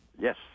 Yes